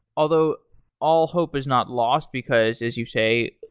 although all hope is not lost, because as you say,